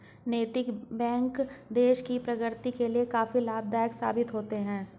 नैतिक बैंक देश की प्रगति के लिए काफी लाभदायक साबित होते हैं